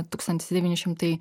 tūkstantis devyni šimtai